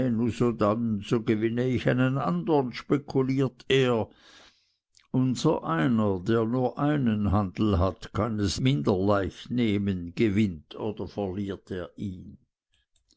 so gewinne ich einen andern spekuliert er unsereiner der nur einen handel hat kann es minder leicht nehmen gewinnt oder verliert er ihn